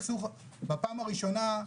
תראי אנחנו הכרזנו סכסוך עבודה.